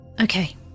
Okay